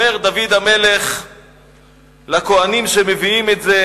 אומר דוד המלך לכוהנים שמביאים את זה,